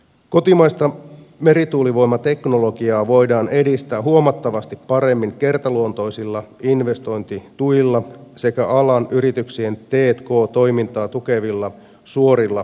kotimaista merituulivoimateknologiaa voidaan edistää huomattavasti paremmin kertaluontoisilla investointituilla sekä alan yrityksien t k toimintaa tukevilla suorilla yritystuilla